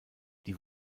die